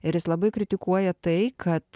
ir jis labai kritikuoja tai kad